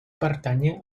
pertànyer